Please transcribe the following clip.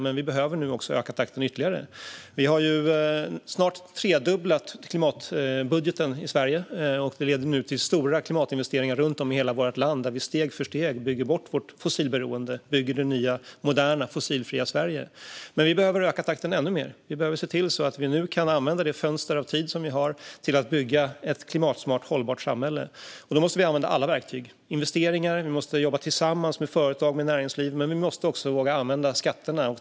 Men vi behöver nu öka takten ytterligare. Vi har snart tredubblat klimatbudgeten i Sverige. Det leder nu till stora klimatinvesteringar runt om i hela vårt land där vi steg för steg bygger bort vårt fossilberoende och bygger det nya moderna fossilfria Sverige. Men vi behöver öka takten ännu mer. Vi behöver se till att vi nu kan använda det fönster av tid som vi har till att bygga ett klimatsmart och hållbart samhälle. Då måste vi använda alla verktyg. Det handlar om investeringar, och vi måste arbeta tillsammans med företag och näringsliv. Men vi måste också våga använda skatterna.